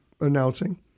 announcing